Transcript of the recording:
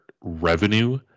revenue